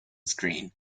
screen